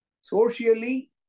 socially